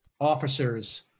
officers